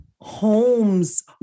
homes